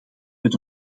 met